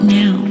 now